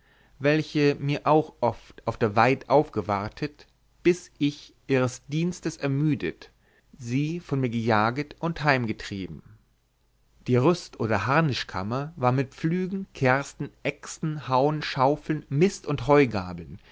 welche mir auch oft auf der weid aufgewartet bis ich ihres dienstes ermüdet sie von mir gejaget und heimgetrieben die rüst oder harnischkammer war mit pflügen kärsten äxten hauen schauflen mist und heugabeln